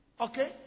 Okay